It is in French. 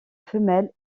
femelle